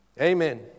Amen